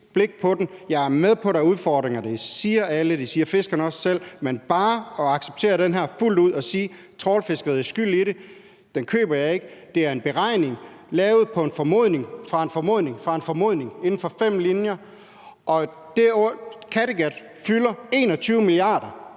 Jeg er med på, at der er udfordringer – det siger alle, og det siger fiskerne også selv – men bare at acceptere det her fuldt ud og sige, at trawlfiskeriet er skyld i det, køber jeg ikke. Det er en beregning lavet på en formodning ud fra en formodning på fem linjer. Og Kattegat fylder 21 mia.